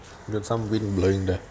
got some wind blowing there